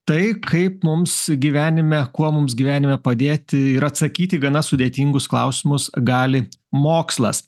tai kaip mums gyvenime kuo mums gyvenime padėti ir atsakyti į gana sudėtingus klausimus gali mokslas